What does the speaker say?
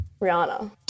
Rihanna